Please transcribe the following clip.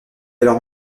alors